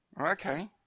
Okay